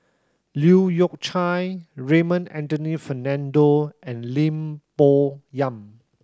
Leu Yew Chye Raymond Anthony Fernando and Lim Bo Yam